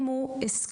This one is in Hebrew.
גם אם הוא הסכים.